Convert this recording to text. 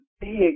big